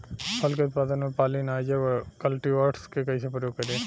फल के उत्पादन मे पॉलिनाइजर कल्टीवर्स के कइसे प्रयोग करी?